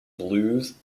blues